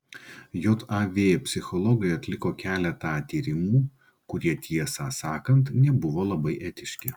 jav psichologai atliko keletą tyrimų kurie tiesą sakant nebuvo labai etiški